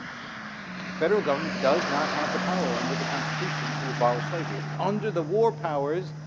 the federal government does not have the power under the constitution to abolish slavery. under the war powers,